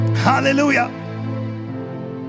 Hallelujah